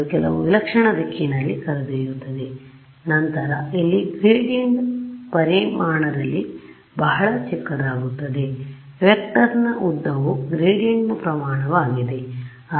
ಅದು ಕೆಲವು ವಿಲಕ್ಷಣ ದಿಕ್ಕಿನಲ್ಲಿ ಕರೆದೊಯ್ಯುತ್ತದೆ ನಂತರ ಇಲ್ಲಿ gradients ಪರಿಮಾಣದಲ್ಲಿ ಬಹಳ ಚಿಕ್ಕದಾಗುತ್ತವೆ ವೆಕ್ಟರ್ನ ಉದ್ದವು ಗ್ರೇಡಿಯಂಟ್ನ ಪ್ರಮಾಣವಾಗಿದೆ